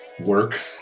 work